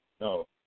no